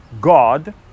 God